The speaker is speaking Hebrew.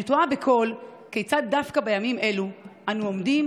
אני תוהה בקול כיצד דווקא בימים אלו אנו עומדים